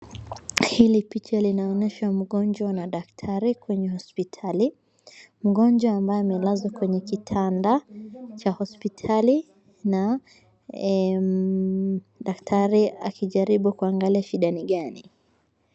Hili picha linaonyesha mgonjwa na daktari kwenye hospitali. Mgonjwa ambaye amelazwa kwenye kitanda cha hospitali na daktari akijaribu kuangalia shida ni gani.